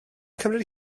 cymryd